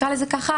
נקרא לזה ככה,